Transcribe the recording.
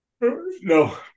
No